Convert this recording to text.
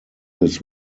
his